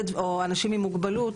או אנשים עם מוגבלות.